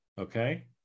okay